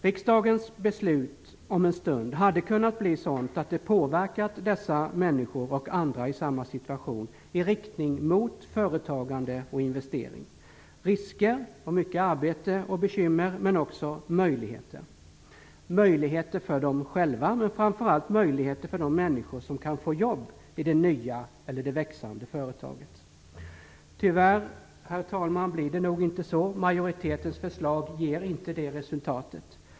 Riksdagens beslut om en stund hade kunnat bli sådant att det påverkar dessa människor, och andra i samma situation - i riktning mot företagande och investering, risker, mycket arbete och bekymmer, men också möjligheter, framför allt för de människor som kan få jobb i det nya eller växande företaget. Herr talman! Tyvärr blir det nog inte så. Majoritetens förslag ger inte det resultatet.